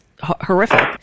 horrific